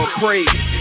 praise